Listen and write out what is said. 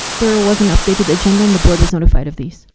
there was an update to the agenda, and the board was notified of these.